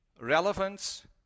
relevance